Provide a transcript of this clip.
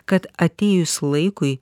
kad atėjus laikui